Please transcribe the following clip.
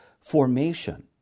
Formation